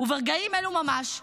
ברגעים אלו ממש,